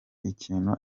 ikintu